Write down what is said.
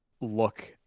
look